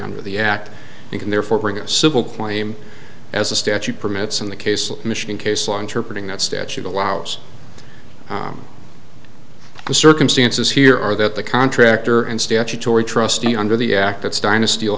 under the act you can therefore bring a civil claim as a statute permits in the case of michigan case law interpret in that statute allows the circumstances here are that the contractor and statutory trustee under the act that's dynasty